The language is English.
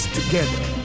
together